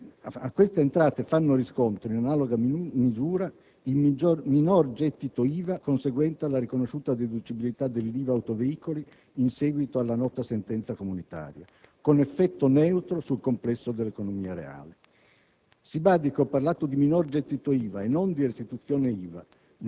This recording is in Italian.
a queste entrate fanno riscontro, in analoga misura, il minor gettito IVA conseguente alla riconosciuta deducibilità dell'IVA autoveicoli in seguito alla nota sentenza comunitaria, con effetto neutro sul complesso dell'economia reale.